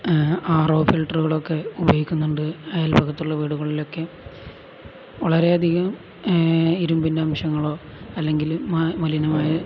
ആറോ ഫിൽറ്ററുകളൊക്കെ ഉപയോഗിക്കുന്നുണ്ട് അയൽപക്കത്തുള്ള വീടുകളിലൊക്കെ വളരെയധികം ഇരുമ്പിന്റെ അംശങ്ങളോ അല്ലെങ്കില് മലിനമായ